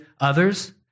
others